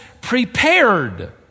prepared